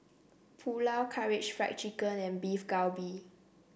Pulao Karaage Fried Chicken and Beef Galbi